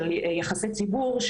של יחסי ציבור,